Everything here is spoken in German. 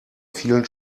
vielen